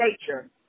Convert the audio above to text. nature